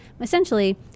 essentially